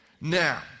Now